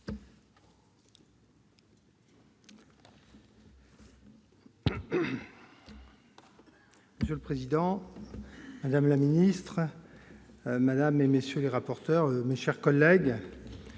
Monsieur le président, madame la ministre, mesdames, messieurs les rapporteurs, mes chers collègues,